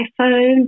iPhone